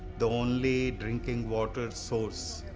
the only drinking water source,